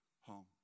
home